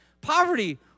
Poverty